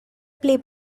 play